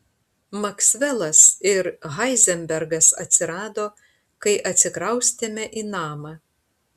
maksvelas ir heizenbergas atsirado kai atsikraustėme į namą